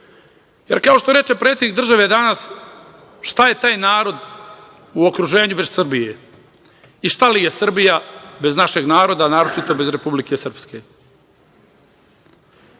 što reče predsednik države danas – šta je taj narod u okruženju bez Srbije i šta li je Srbija bez našeg naroda, a naročito bez Republike Srpske?